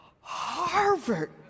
Harvard